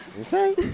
Okay